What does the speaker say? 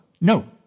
no